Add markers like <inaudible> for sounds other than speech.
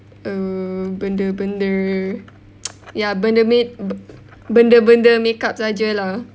err benda benda <noise> ya benda make~ ben~ benda benda makeup sahaja lah